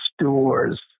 stores